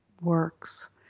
works